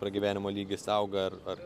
pragyvenimo lygis auga ar ar